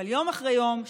אבל יום אחרי יום,